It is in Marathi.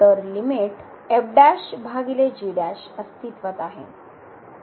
तर लिमिट अस्तित्वात आहे